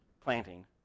planting